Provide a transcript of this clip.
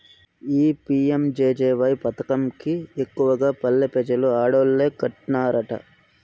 ఈ పి.యం.జె.జె.వై పదకం కి ఎక్కువగా పల్లె పెజలు ఆడోల్లే కట్టన్నారట